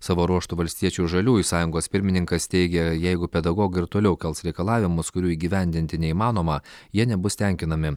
savo ruožtu valstiečių žaliųjų sąjungos pirmininkas teigia jeigu pedagogai ir toliau kels reikalavimus kurių įgyvendinti neįmanoma jie nebus tenkinami